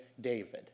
David